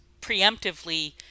preemptively